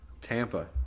Tampa